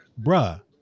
Bruh